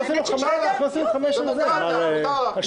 מותר לך, מותר לך.